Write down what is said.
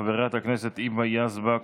חברת הכנסת היבה יזבק.